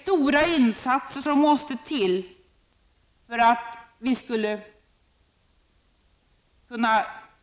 Stora insatser måste till för att